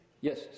Yes